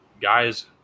guys –